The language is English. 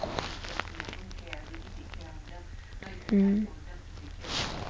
mm